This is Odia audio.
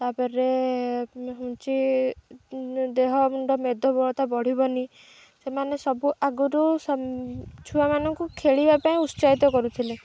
ତାପରେ ହେଉଛି ଦେହ ମୁଣ୍ଡ ମେଦବହୁଳତା ବଢ଼ିବନି ସେମାନେ ସବୁ ଆଗରୁ ଛୁଆମାନଙ୍କୁ ଖେଳିବା ପାଇଁ ଉତ୍ସାହିତ କରୁଥିଲେ